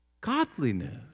Godliness